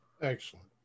excellent